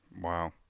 Wow